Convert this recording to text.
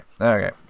Okay